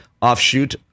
offshoot